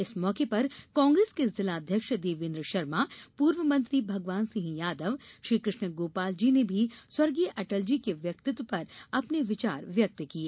इस मौके पर कांग्रेस के जिला अध्यक्ष देवेन्द्र शर्मा पूर्व मंत्री भगवान सिंह यादव श्री कृष्ण गोपाल जी ने भी संव अटलजी के व्यक्तित्व पर अपने विचार व्यक्त किए